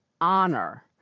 honor